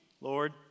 Lord